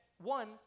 one